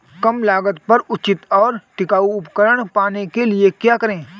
कम लागत पर उचित और टिकाऊ उपकरण पाने के लिए क्या करें?